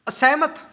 ਅਸਹਿਮਤ